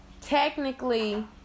Technically